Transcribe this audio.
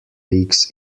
leagues